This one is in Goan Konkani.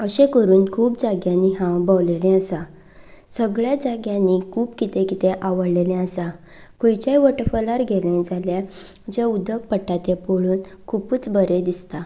अशें करून खूब जाग्यांनी हांव भोविल्लें आसा सगळ्या जाग्यांनी खूब कितें कितें आवडिल्लें आसा खंयच्याय वॉटरफॉलार गेलें जाल्यार जें उदक पडटा ते पळोवन खूबच बरें दिसता